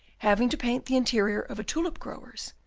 having to paint the interior of a tulip-grower's,